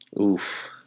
Oof